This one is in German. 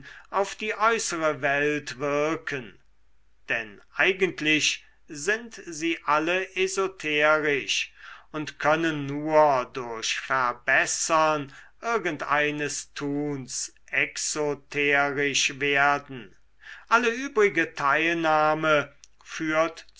auf die äußere welt wirken denn eigentlich sind sie alle esoterisch und können nur durch verbessern irgendeines tuns exoterisch werden alle übrige teilnahme